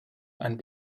and